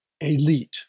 elite